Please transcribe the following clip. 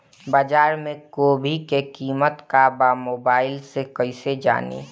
बाजार में गोभी के कीमत का बा मोबाइल से कइसे जानी?